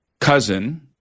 cousin